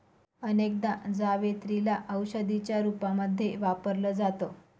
अनेकदा जावेत्री ला औषधीच्या रूपामध्ये वापरल जात